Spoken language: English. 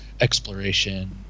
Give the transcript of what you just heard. exploration